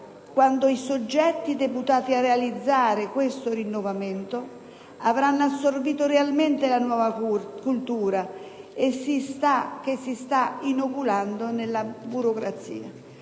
quando i soggetti deputati a realizzare questo rinnovamento avranno assorbito realmente la nuova cultura che si sta inoculando nella burocrazia.